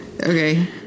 Okay